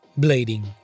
blading